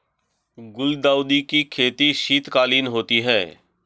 गुलदाउदी की खेती शीतकालीन होती है